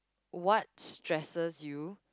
what stresses you